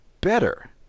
better